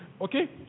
okay